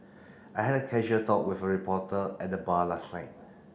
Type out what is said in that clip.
I had a casual talk with a reporter at the bar last night